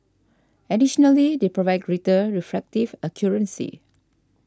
additionally they provide greater refractive accuracy